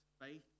faith